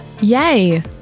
Yay